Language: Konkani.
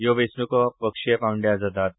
ह्यो वेचणूको पक्षिय पावंड्यार जातात